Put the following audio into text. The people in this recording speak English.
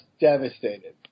devastated